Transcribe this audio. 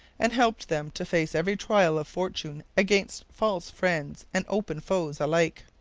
and helped them to face every trial of fortune against false friends and open foes alike.